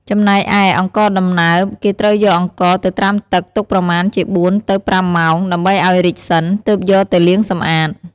ចំណែកឯ «អង្ករដំណើប» គេត្រូវយកអង្ករទៅត្រាំទឹក ទុកប្រមាណជា៤ទៅ ៥ម៉ោង ដើម្បីឱ្យរីកសិន ទើបយកទៅលាងសម្អាត។